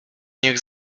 niech